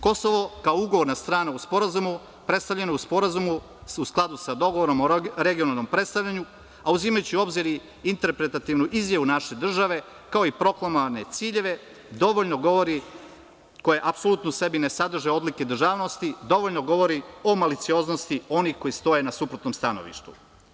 Kosovo kao ugovorna strana u sporazumu predstavljena u sporazumu u skladu sa dogovorom o regionalnom predstavljanju, a uzimajući u obzir i interpretativnu izjavu naše države kao i proklamovane ciljeve dovoljno govori koje apsolutno u sebi ne sadrže oblike državnosti, dovoljno govori o malicioznosti onih koji stoje na suprotnom stanovištu.